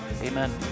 Amen